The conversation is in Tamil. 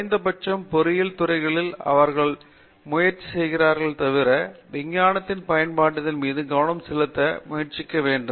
குறைந்த பட்சம் பொறியியல் துறைகளில் அவர்கள் முயற்சி செய்கிறார்களே தவிர விஞ்ஞானத்தின் பயன்பாட்டின் மீது கவனம் செலுத்த முயற்சிக்க வேண்டும்